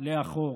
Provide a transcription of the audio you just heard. לאחור,